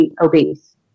obese